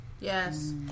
Yes